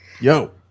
Yo